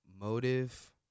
motive